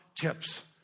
tips